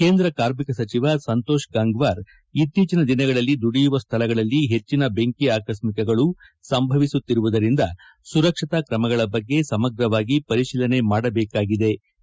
ಕೇಂದ್ರ ಕಾರ್ಮಿಕ ಸಚಿವ ಸಂತೋಷ್ ಗಂಗ್ವಾರ್ ಇತ್ತೀಚಿನ ದಿನಗಳಲ್ಲಿ ದುಡಿಯುವ ಸ್ಥಳಗಳಲ್ಲಿ ಹೆಚ್ಚಿನ ಬೆಂಕಿ ಆಕಸ್ಥಳಗಳು ಸಂಭವಿಸುತ್ತಿರುವುದರಿಂದ ಸುರಕ್ಷತಾ ತ್ರಮಗಳ ಬಗ್ಗೆ ಸಮಗ್ರವಾಗಿ ಪರಿಶೀಲನೆ ಮಾಡಬೇಕಾಗಿದೆ ಎಂದು ಹೇಳಿದ್ದಾರೆ